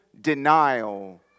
denial